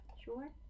Sure